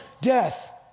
death